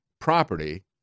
property